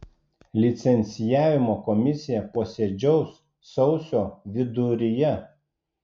licencijavimo komisija posėdžiaus sausio viduryje